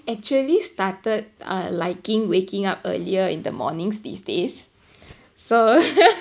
actually started uh liking waking up earlier in the mornings these days so